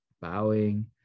bowing